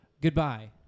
Goodbye